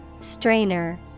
Strainer